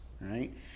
right